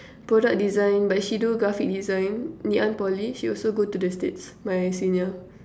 product design but she do graphic design Ngee-Ann-Poly she also go to the states my senior